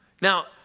Now